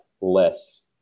less